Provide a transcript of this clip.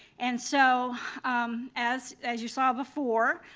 and so as as you saw before,